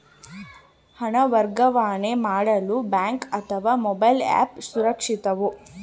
ಹಣ ವರ್ಗಾವಣೆ ಮಾಡಲು ಬ್ಯಾಂಕ್ ಅಥವಾ ಮೋಬೈಲ್ ಆ್ಯಪ್ ಸುರಕ್ಷಿತವೋ?